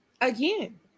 Again